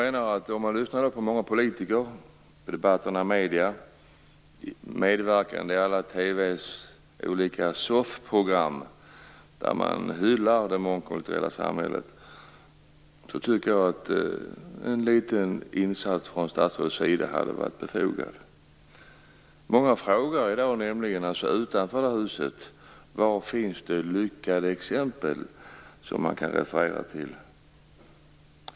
Den som lyssnat på många politiker i mediedebatten, t.ex. de medverkande i TV:s olika soffprogram, vet att man där hyllar det mångkulturella samhället. Jag tycker därför att en liten insats från statsrådets sida hade varit befogad. Många utanför det här huset frågar i dag: Var finns de lyckade exempel som man kan referera till?